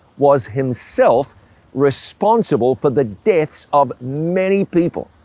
was himself responsible for the deaths of many people.